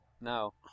No